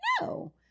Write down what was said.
No